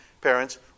parents